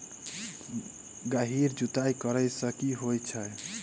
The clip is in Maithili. गहिर जुताई करैय सँ की होइ छै?